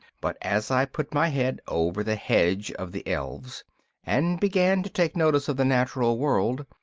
but as i put my head over the hedge of the elves and began to take notice of the natural world,